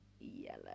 yellow